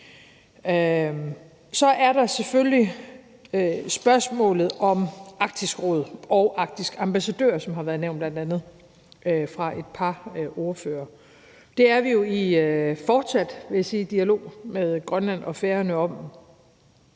Så er der selvfølgelig spørgsmålet om Arktisk Råd og arktiske ambassadører, som har været nævnt, bl.a. af et par ordførere. Det er vi jo i fortsat, vil jeg sige, dialog med Grønland og Færøerne om.